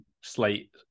slate